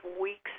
weeks